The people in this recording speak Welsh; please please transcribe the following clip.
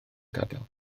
gadael